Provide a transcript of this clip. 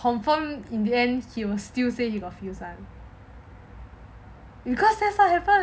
confirm in the end he will still say he got few son because that's what happen